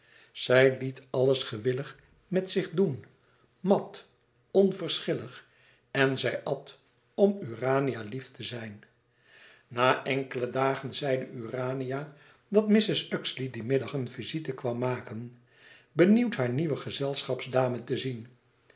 zij liet alles gewillig met zich doen mat onverschillig en zij at om urania lief te zijn na enkele dagen zeide urania dat mrs uxeley dien middag een visite kwam maken benieuwd hare nieuwe gezelschapsdame te zien